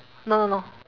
no no no